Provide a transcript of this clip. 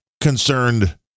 concerned